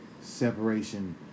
separation